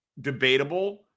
debatable